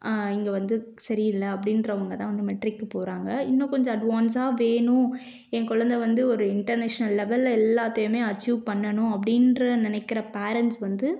இங்கே வந்து சரியில்ல அப்படின்றவுங்கதான் வந்து மெட்ரிக் போகிறாங்க இன்னும் கொஞ்சம் அட்வான்ஸாக வேணும் என் குலந்த வந்து ஒரு இன்டர்நேஷ்னல் லெவல்ல எல்லாத்தையுமே அச்சீவ் பண்ணணும் அப்படின்ற நினைக்கிற பேரண்ட்ஸ் வந்து